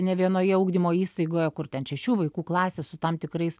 ne vienoje ugdymo įstaigoje kur ten šešių vaikų klasė su tam tikrais